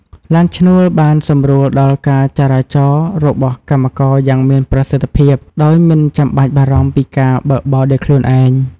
ឡានឈ្នួលបានសម្រួលដល់ការចរាចរណ៍របស់កម្មករយ៉ាងមានប្រសិទ្ធភាពដោយមិនចាំបាច់បារម្ភពីការបើកបរដោយខ្លួនឯង។